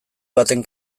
baten